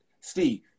Steve